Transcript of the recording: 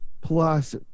Plus